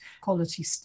quality